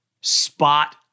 spot